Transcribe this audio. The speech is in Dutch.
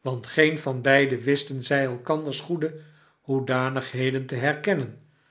want geen van beiden wisten zy elkanders goede hoedanigheden te herkennen